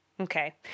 Okay